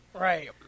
Right